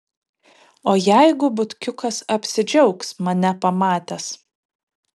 o jeigu butkiukas apsidžiaugs mane pamatęs